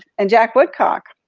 and jack woodcock.